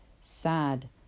sad